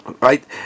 Right